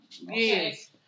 Yes